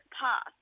path